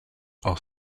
are